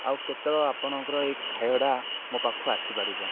ଆଉ କେତେବେଳେ ଆପଣଙ୍କର ଏଇ ଖାଇବାଟା ମୋ ପାଖକୁ ଆସିପାରିବ